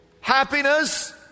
Happiness